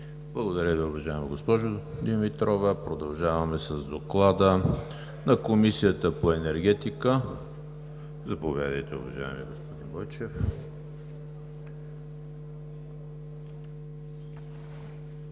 Благодаря Ви, уважаема госпожо Димитрова. Продължаваме с Доклада на Комисията по енергетика. Заповядайте, уважаеми господин Бойчев. ДОКЛАДЧИК